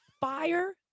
fire